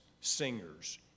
singers